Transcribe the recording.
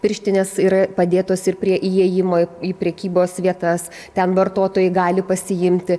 pirštinės yra padėtos ir prie įėjimo į prekybos vietas ten vartotojai gali pasiimti